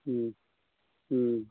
हुँ हुँ